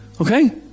Okay